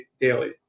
daily